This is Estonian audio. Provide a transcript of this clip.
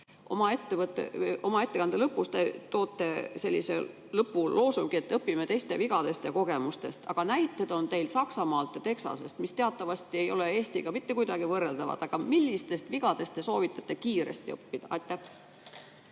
poolest. Oma ettekande lõpus te toote lõpuloosungi, et õpime teiste vigadest ja kogemustest. Aga näited on teil Saksamaalt ja Texasest, mis teatavasti ei ole Eestiga mitte kuidagi võrreldavad. Millistest vigadest te soovitate kiiresti õppida? Ma